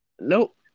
Nope